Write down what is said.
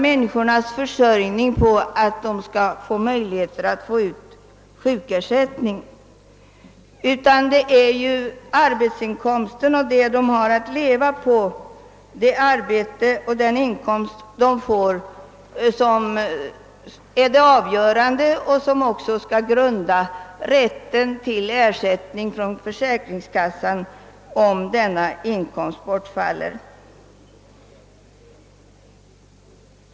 Människornas försörjning grundas ju inte helt på deras möjligheter att få ut sjukersättning; utan arbetsinkomsten är det avgörande och det som skall ligga till grund för rätten till ersättning från försäkringskassan då inkomsten bortfaller.